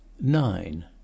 Nine